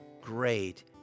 great